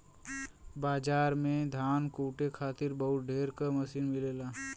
बाजार में धान कूटे खातिर बहुत ढेर क मसीन मिलेला